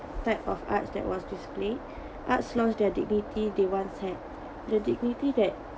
type of art that was displayed arts ost their dignity they once had the dignity that